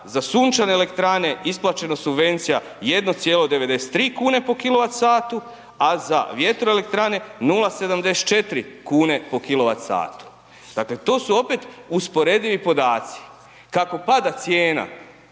za sunčane elektrane isplaćeno subvencija 1,93 kune po kWh a za vjetroelektrane 0,74 kune po kWh. Dakle to su opet usporedivi podaci. Kako pada cijena